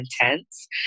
intense